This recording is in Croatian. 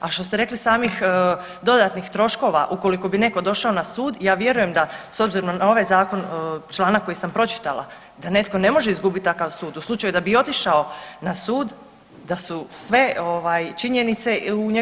A što ste rekli samih dodatnih troškova ukoliko bi netko došao na sud, ja vjerujem da s obzirom na ovaj zakon, članak koji sam pročitala da netko ne može izgubiti takav sud u slučaju da bi i otišao na sud, da su sve činjenice u njegovu korist.